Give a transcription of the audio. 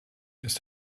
ist